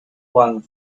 one